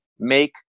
make